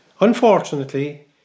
Unfortunately